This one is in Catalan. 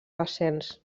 ascens